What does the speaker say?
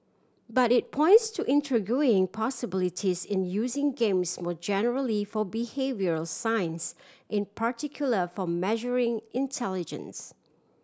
but it points to intriguing possibilities in using games more generally for behavioural science in particular for measuring intelligence